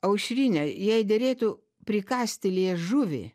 aušrinė jai derėtų prikąsti liežuvį